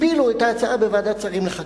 הפילו את ההצעה בוועדת שרים לחקיקה.